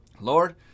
lord